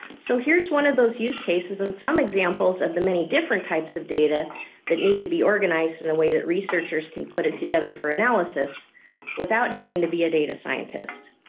so here's one of those use cases and some examples of the many different types of data that need to be organized in a way that researchers can put it together for analysis without having to be a data scientist.